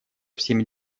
всеми